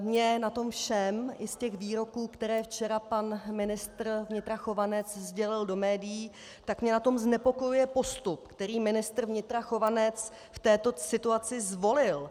Mě na tom všem, i z těch výroků, které včera pan ministr vnitra Chovanec sdělil do médií, znepokojuje postup, který ministr vnitra Chovanec v této situaci zvolil.